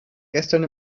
gestern